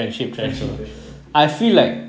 friendship threshold okay